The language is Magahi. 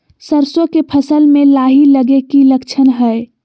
सरसों के फसल में लाही लगे कि लक्षण हय?